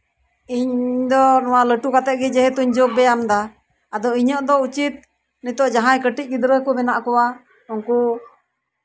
ᱤᱧ ᱫᱚ ᱱᱚᱣᱟ ᱞᱟᱹᱴᱩ ᱠᱟᱛᱮ ᱜᱮ ᱡᱮᱦᱮᱛᱩᱧ ᱡᱳᱜᱽ ᱵᱮᱭᱟᱢ ᱫᱟ ᱟᱫᱚ ᱤᱧᱟᱹᱜ ᱫᱚ ᱩᱪᱤᱛ ᱱᱤᱛᱳᱜ ᱡᱟᱦᱟᱸᱭ ᱠᱟᱹᱴᱤᱡ ᱜᱤᱫᱽᱨᱟᱹ ᱠᱚ ᱢᱮᱱᱟᱜ ᱠᱚᱣᱟ ᱩᱝᱠᱩ